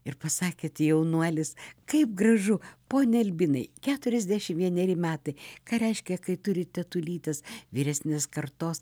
ir pasakėt jaunuolis kaip gražu pone albinai keturiasdešim vieneri metai ką reiškia kai turi tetulytes vyresnės kartos